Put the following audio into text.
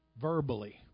verbally